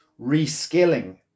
reskilling